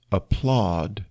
applaud